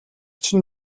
чинь